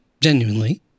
genuinely